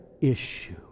issue